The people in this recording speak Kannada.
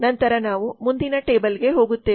ನಂತರ ನಾವು ಮುಂದಿನ ಟೇಬಲ್ಗೆ ಹೋಗುತ್ತೇವೆ